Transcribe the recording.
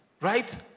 right